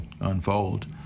unfold